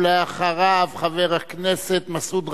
אחריו, חבר הכנסת מסעוד גנאים.